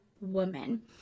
woman